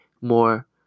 more